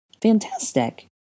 Fantastic